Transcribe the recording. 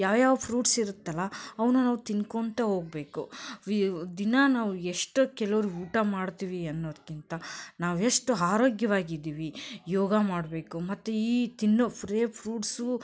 ಯಾವ ಯಾವ ಫ್ರೂಟ್ಸ್ ಇರುತ್ತಲ್ವ ಅವನ್ನ ನಾವು ತಿನ್ಕೊಳ್ತ ಹೋಗ್ಬೇಕು ದಿನಾ ನಾವು ಎಷ್ಟೋ ಕೆಲೋರು ಊಟ ಮಾಡ್ತೀವಿ ಅನ್ನೋದಕ್ಕಿಂತ ನಾವು ಎಷ್ಟು ಆರೋಗ್ಯವಾಗಿದಿವಿ ಯೋಗ ಮಾಡಬೇಕು ಮತ್ತು ಈ ತಿನ್ನೋ ಫ್ರೆ ಫ್ರೂಟ್ಸು